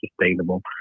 sustainable